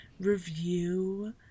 review